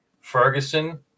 Ferguson